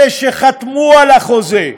אלה שחתמו על החוזה,